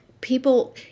people